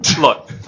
Look